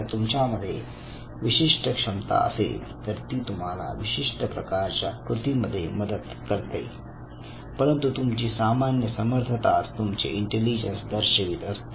जर तुमच्यामध्ये विशिष्ट क्षमता असेल तर ती तुम्हाला विशिष्ट प्रकारच्या कृतींमध्ये मदत करेल परंतु तुमची सामान्य समर्थताच तुमचे इंटेलिजन्स दर्शवित असते